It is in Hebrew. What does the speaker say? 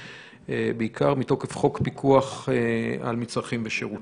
ובעיקר מתוקף חוק פיקוח על מצרכים ושירותים.